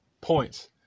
points